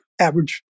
average